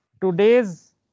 Today's